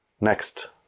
next